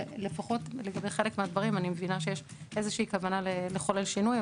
ולפחות לגבי חלק מהדברים אני מבינה שיש איזושהי כוונה לחולל שינוי.